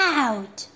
out